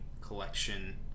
collection